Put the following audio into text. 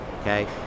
okay